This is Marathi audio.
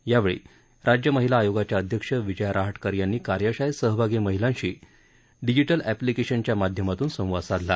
यावेळी राज्य महिला आयोगाच्या अध्यक्ष विजया राहटकर यांनी कार्यशाळेत सहभागी महिलांशी डिजिटल प्लिकेशनच्या माध्यमातून संवाद साधला